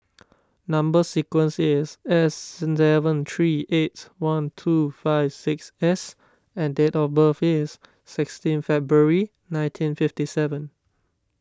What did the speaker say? Number Sequence is S seven three eight one two five six S and date of birth is sixteen February nineteen fifty seven